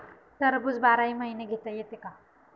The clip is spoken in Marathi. टरबूज बाराही महिने घेता येते का?